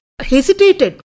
hesitated